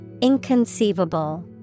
Inconceivable